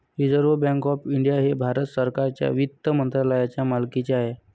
reserve bank of India हे भारत सरकारच्या वित्त मंत्रालयाच्या मालकीचे आहे